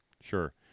sure